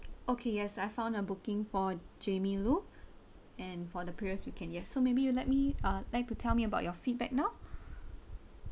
okay yes I found a booking for jamie loo and for the previous you can yes so maybe you let me uh like to tell me about your feedback now